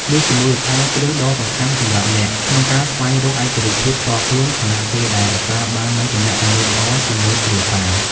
នេះជាមូលដ្ឋានគ្រឹះដ៏សំខាន់សម្រាប់អ្នក ក្នុងការស្វែងរកឯករាជ្យភាពផ្ទាល់ខ្លួន ខណៈពេលដែលរក្សាបាននូវទំនាក់ទំនងល្អជាមួយគ្រួសារ។